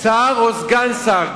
שר או סגן שר,